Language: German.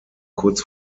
kurz